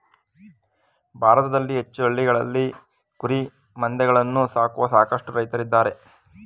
ಭಾರತದಲ್ಲಿ ಹೆಚ್ಚು ಹಳ್ಳಿಗಳಲ್ಲಿ ಕುರಿಮಂದೆಗಳನ್ನು ಸಾಕುವ ಸಾಕಷ್ಟು ರೈತ್ರಿದ್ದಾರೆ